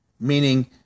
meaning